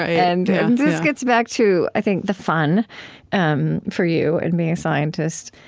and this gets back to, i think, the fun um for you in being a scientist.